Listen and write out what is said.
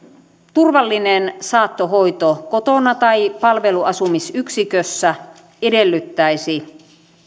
turvallinen saattohoito kotona tai palveluasumisyksikössä edellyttäisi